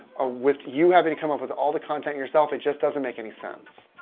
ah with you having to come up with all the content yourself. it just doesn't make any sense.